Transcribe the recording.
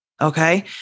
Okay